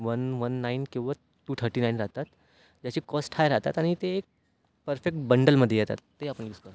one one nine किंवा two thirty nine लागतात त्याची कॉस्ट हाय राहतात आणि ते एक पर्फेक्ट बंडलमध्ये येतात ते आपण यूस करतो